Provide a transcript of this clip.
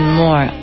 more